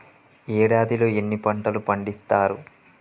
ఏడాదిలో ఎన్ని పంటలు పండిత్తరు?